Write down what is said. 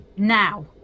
Now